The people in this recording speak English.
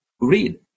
read